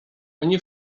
oni